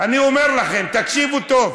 אני אומר לכם, תקשיבו טוב.